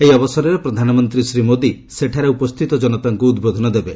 ଏହି ଅବସରରେ ପ୍ରଧାନମନ୍ତ୍ରୀ ଶ୍ରୀ ମୋଦି ସେଠାରେ ଉପସ୍ଥିତ କନତାଙ୍କୁ ଉଦ୍ବୋଧନ ଦେବେ